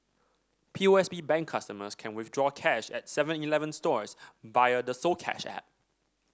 P O S B Bank customers can withdraw cash at Seven Eleven stores via the soCash app